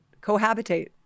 cohabitate